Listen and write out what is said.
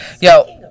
Yo